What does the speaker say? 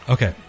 Okay